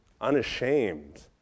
unashamed